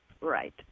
right